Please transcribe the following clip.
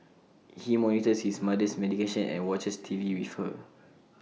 he monitors his mother's medication and watches T V with her